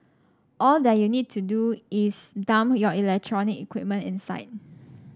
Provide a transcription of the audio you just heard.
all that you need to do is dump your electronic equipment inside